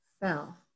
fell